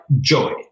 joy